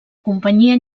companyia